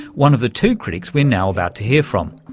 one of the two critics we're now about to hear from.